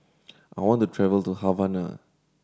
I want to travel to Havana